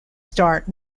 start